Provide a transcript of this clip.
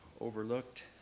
overlooked